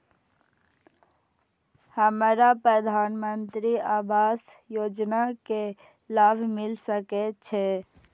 हमरा प्रधानमंत्री आवास योजना के लाभ मिल सके छे?